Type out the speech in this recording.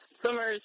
swimmers